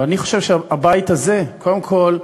ואני חושב שהבית הזה, קודם כול,